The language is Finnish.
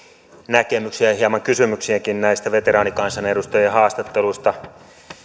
näkemyksiä ja hieman kysymyksiäkin näistä veteraanikansanedustajien haastatteluista